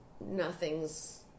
Nothing's